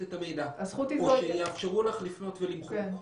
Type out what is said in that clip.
את המידע או שיאפשרו לך לפנות ולמחוק.